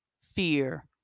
fear